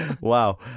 Wow